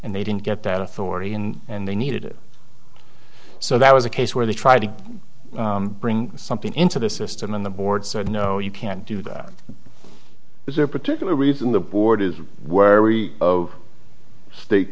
and they didn't get that authority in and they needed it so that was a case where they tried to bring something into the system on the board said no you can't do that because their particular reason the board is where we of state